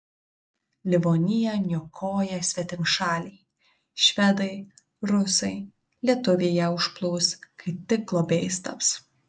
livoniją niokoja svetimšaliai švedai rusai lietuviai ją užplūs kai tik globėjais taps